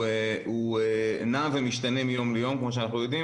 והוא נע ומשתנה מיום ליום כמו שאנחנו יודעים,